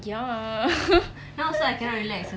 ya